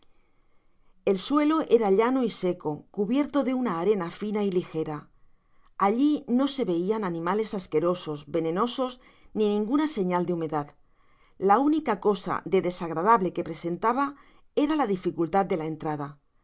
el suelo era llano y seco cubierto de una arena fina y ligera allí no se veian animales asquerosos venenosos ni ninguna señal de humedad la única cosa de desagradable que presentaba era la dificultad de la entrada